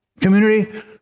community